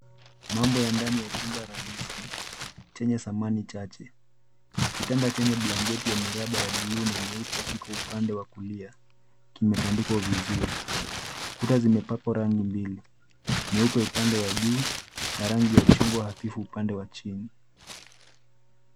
Mambo ya ndani ya chumba rahisi chenye samani chache. Kitanda chenye blanketi ya miraba ya bluu na nyeupe Kiko upande wa kulia kimetandikwa vizuri. Kuta zimepakwa rangi mbili nyeupe upande wa juu na rangi ya chungwa hafifu upande wa chini.